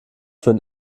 für